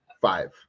five